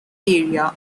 area